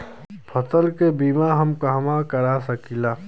फसल के बिमा हम कहवा करा सकीला?